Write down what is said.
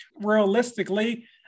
realistically